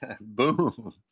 Boom